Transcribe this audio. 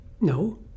No